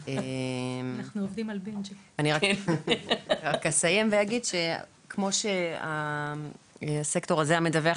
רק אסיים ואגיד שכמו שהסקטור הזה המדווח,